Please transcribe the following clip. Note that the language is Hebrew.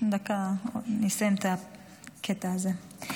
דקה, אני אסיים את הקטע הזה.